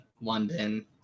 London